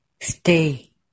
Stay